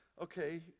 Okay